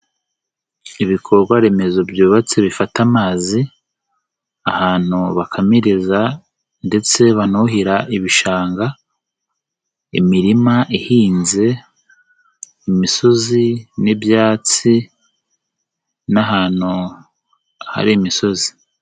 Ibikorwaremezo byubatse bifata amazi, ahantu bakamiriza ndetse banuhira ibishanga, imirima ihinze, imisozi n'ibyatsi n'ahantu hari imisozi.